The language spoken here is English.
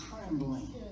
trembling